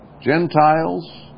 Gentiles